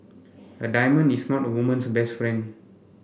a diamond is not a woman's best friend